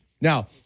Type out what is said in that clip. Now